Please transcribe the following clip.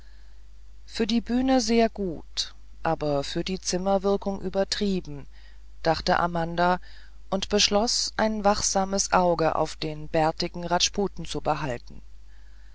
für die bühne sehr gut aber für die zimmerwirkung übertrieben dachte amanda und beschloß ein wachsames auge auf den bärtigen rajputen zu behalten